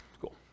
Cool